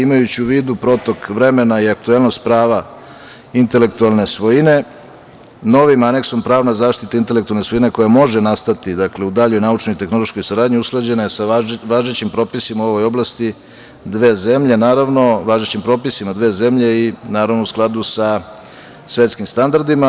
Imajući u vidu protok vremena i aktuelnost prava intelektualne svojine, novim Aneksom pravna zaštita intelektualne svojine koja može nastati u daljoj naučnoj-tehnološkoj saradnji, usklađena je sa važećim propisima u ovoj oblasti dve zemlje, naravno važećim propisima dve zemlje i naravno u skladu sa svetskim standardima.